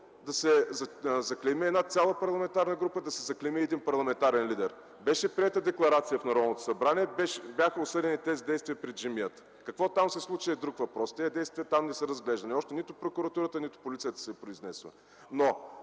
да се заклейми една цяла парламентарна група, да се заклейми един парламентарен лидер. Беше приета декларация в Народното събрание, бяха осъдени тези действия пред джамията. Какво се случи там е друг въпрос. Тези действия там не са разглеждани. Още нито прокуратурата, нито полицията се е произнесла.